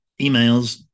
emails